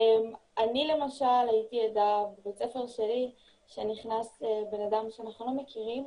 אני למשל הייתי עדה בבית הספר שלי שנכנס אדם שאנחנו לא מכירים